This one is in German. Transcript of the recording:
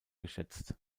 geschätzt